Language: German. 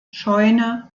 scheune